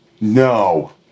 no